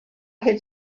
had